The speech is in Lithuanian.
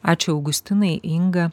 ačiū augustinai inga